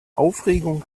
aufregung